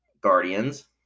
Guardians